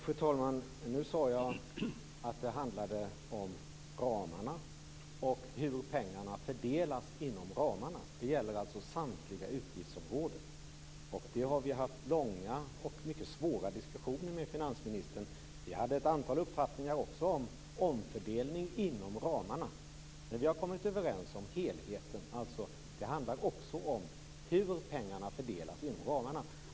Fru talman! Jag sade att det handlade om ramarna och hur pengarna fördelas inom ramarna. Det gäller alltså samtliga utgiftsområden. Det har vi haft långa och mycket svåra diskussioner med finansministern om. Vi hade ett antal uppfattningar också om omfördelning inom ramarna. Det vi har kommit överens om är helheten. Det handlar alltså också om hur pengarna fördelas inom ramarna.